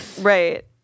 Right